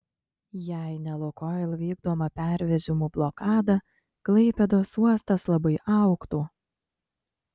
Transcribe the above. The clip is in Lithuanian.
jei ne lukoil vykdoma pervežimų blokada klaipėdos uostas labai augtų